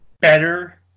better